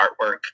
artwork